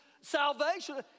salvation